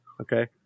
Okay